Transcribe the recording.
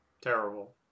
terrible